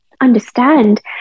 understand